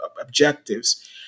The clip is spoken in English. objectives